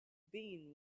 being